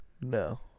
No